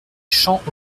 champ